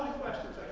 questions